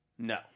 No